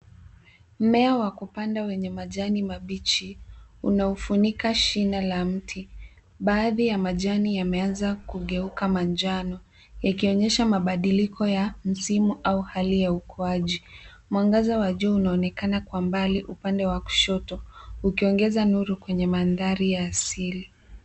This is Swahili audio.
Mmea wa kupanda wenye majani mabichi unaufunika shina la mti. Baadhi ya majani yameanza kugeuka manjano ikionyesha mabadiliko ya msimu au hali ya ukuaji. Mwangaza wa jua unaonekana kwa mbali upande wa kushoto ukiongeza nuru kwenye mandhari ya asili.